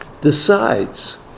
decides